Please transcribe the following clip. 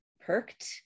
perked